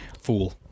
fool